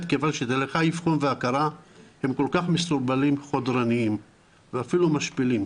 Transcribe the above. כיוון שדרכי האבחון וההכרה הם כל כך מסורבלים וחודרניים ואפילו משפילים